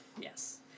Yes